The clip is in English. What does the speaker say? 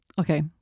Okay